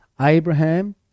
Abraham